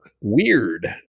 Weird